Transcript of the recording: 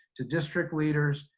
to district leaders,